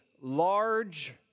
large